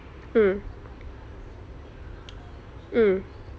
mm mm